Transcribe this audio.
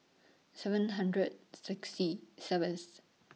seven hundred sexy seventh